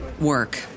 work